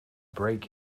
break